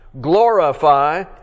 Glorify